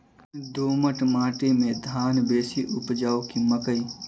दोमट माटि मे धान बेसी उपजाउ की मकई?